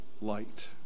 light